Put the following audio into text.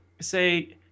say